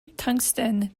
tungsten